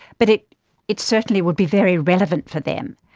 but it it certainly would be very relevant for them.